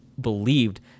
believed